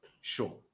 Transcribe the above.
Sure